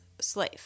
slave